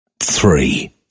Three